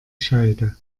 scheide